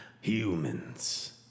humans